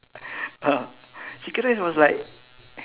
chicken rice was like